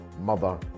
mother